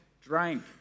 drank